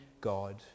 god